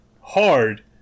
hard